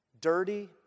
dirty